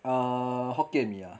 uh hokkien mee ah